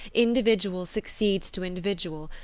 individual succeeds to individual,